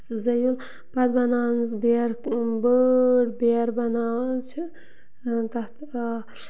سٕہ زٲیُل پتہٕ بَناوانَس بیرٕ بٔڑ بیرٕ بَناوان چھِ تتھ آ